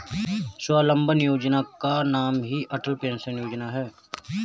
स्वावलंबन योजना का ही नाम अटल पेंशन योजना है